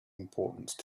importance